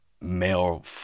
male